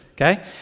okay